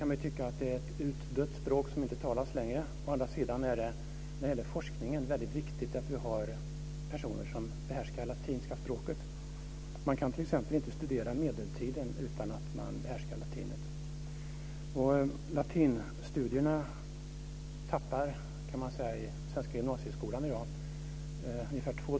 Man kan tycka att det är ett utdött språk som inte talas längre. Å andra sidan är det viktigt för forskningen att vi har personer som behärskar latinska språket. Man kan t.ex. inte studera medeltiden utan att behärska latin. I dag är det ungefär 2 000 gymnasister som läser latin.